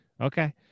Okay